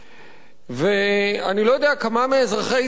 ואני לא יודע כמה מאזרחי ישראל יודעים,